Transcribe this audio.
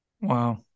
Wow